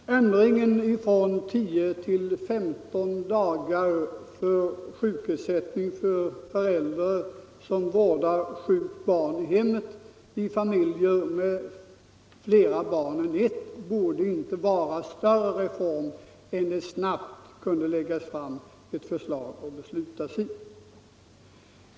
Herr talman! Ändringen från tio till femton dagar när det gäller sjukpenningen för föräldrar som vårdar sjukt barn i hemmet i familjer med fler barn än ett bör inte vara en större reform än att man snabbt kan lägga fram ett förslag för beslut.